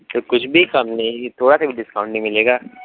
तो कुछ भी कम नहीं कि थोड़ा सा भी डिस्काउंट नहीं मिलेगा